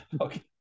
okay